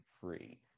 free